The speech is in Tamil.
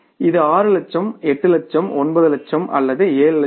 எனவே இது 6 லட்சம் 8 லட்சம் ஒன்பது லட்சம் அல்லது 7 லட்சம்